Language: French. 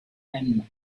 même